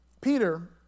Peter